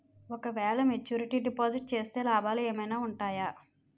ఓ క వేల maturity deposit చేస్తే లాభాలు ఏమైనా ఉంటాయా?